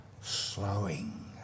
slowing